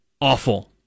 awful